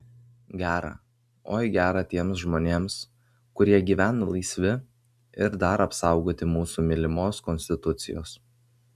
gera oi gera tiems žmonėms kurie gyvena laisvi ir dar apsaugoti mūsų mylimos konstitucijos